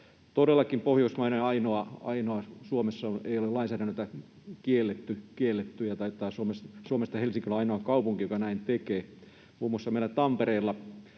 Todellakin Pohjoismaiden ainoana Suomessa ei ole lainsäädännöllä tätä kielletty, ja taitaa Suomesta Helsinki olla ainoa kaupunki, joka näin tekee. Muun muassa meillä Tampereellakin